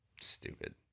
Stupid